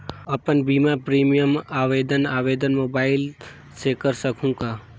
अपन बीमा प्रीमियम आवेदन आवेदन मोबाइल से कर सकहुं का?